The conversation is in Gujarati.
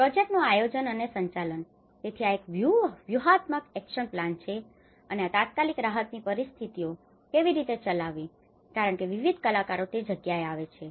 પ્રોજેક્ટનું આયોજન અને સંચાલન તેથી આ એક વ્યૂહાત્મક એક્શન પ્લાન action plan કાર્યયોજના છે અને આ તાત્કાલિક રાહતની પરિસ્થિતિઓ કેવી રીતે ચલાવવી કારણકે વિવિધ કલાકારો તે જગ્યાએ આવે છે